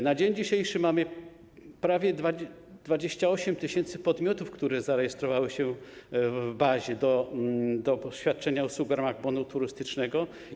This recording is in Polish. Na dzień dzisiejszy mamy prawie 28 tys. podmiotów, które zarejestrowały się w bazie świadczenia usług w ramach bonu turystycznego.